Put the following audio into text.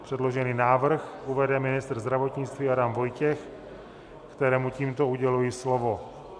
Předložený návrh uvede ministr zdravotnictví Adam Vojtěch, kterému tímto uděluji slovo.